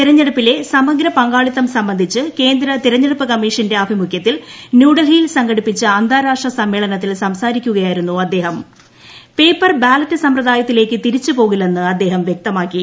തിരഞ്ഞെടൂപ്പില്ലെ സമഗ്ര പങ്കാളിത്തം സംബന്ധിച്ച് കേന്ദ്ര തിരഞ്ഞെടുപ്പ് കുമ്മീഷ്ടന്റെ ആഭിമുഖ്യത്തിൽ ന്യൂഡൽഹിയിൽ സംഘടിപ്പിച്ച അന്താരാഷ്ട്ര സമ്മേളനത്തിൽ സംസാരിക്കുകയായിരുന്നു പേപ്പർ ബാലറ്റ് സമ്പ്രദായത്തിലേക്ക് തിരിച്ച് പോകില്ലെന്ന് അദ്ദേഹം വ്യക്തമാക്കി